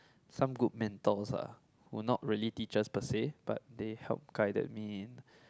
some good mentors ah who not really teach us per say but they helped guided me in